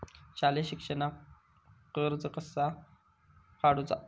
शालेय शिक्षणाक कर्ज कसा काढूचा?